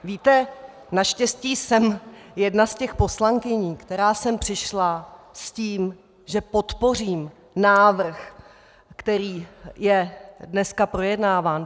Víte, naštěstí jsem jedna z těch poslankyň, která sem přišla s tím, že podpořím návrh, který je dneska projednáván.